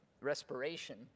respiration